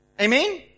Amen